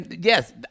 Yes